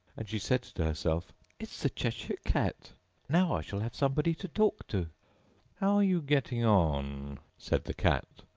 and she said to herself it's the cheshire cat now i shall have somebody to talk to how are you getting on said the cat,